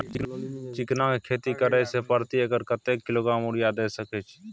चिकना के खेती करे से प्रति एकर कतेक किलोग्राम यूरिया द सके छी?